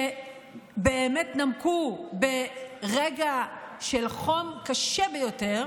שבאמת נמקו ברגע של חום קשה ביותר,